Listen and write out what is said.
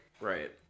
Right